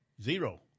Zero